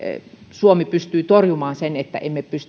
suomi pystyi torjumaan sen että